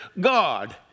God